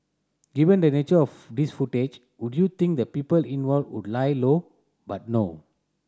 given the nature of this footage would you think the people involved would lie low but no